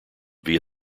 via